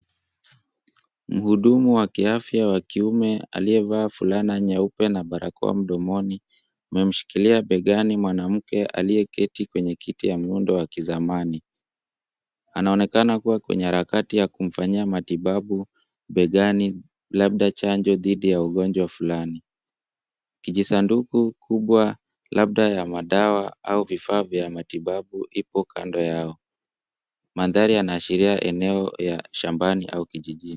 Mhudumu wa kiafya wa kiume aliyevaa fulana nyeupe na barakoa mdomoni ameshikilia begani mwanamke aliyeketi kwenye kiti ya muundo wa kizamani. Anaonekana kuwa kwenye harakati ya kumfanyia matibabu begani, labda chanjo dhidi ya ugonjwa fulani. Kijisanduku kubwa labda madawa au vifaa vya matibabu ipo kando yao. Mandhari yananyesha sehemu ya mashambani au kijijini.